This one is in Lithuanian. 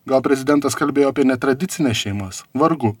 gal prezidentas kalbėjo apie netradicines šeimas vargu